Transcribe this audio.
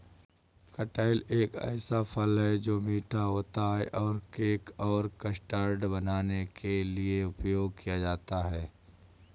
कटहल एक ऐसा फल है, जो मीठा होता है और केक और कस्टर्ड बनाने के लिए उपयोग किया जाता है